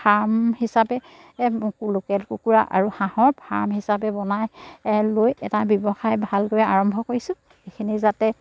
farm হিচাপে local কুকুৰা আৰু হাঁহৰ ফাৰ্ম হিচাপে বনাই লৈ এটা ব্যৱসায় ভালকৈ আৰম্ভ কৰিছোঁ এইখিনি যাতে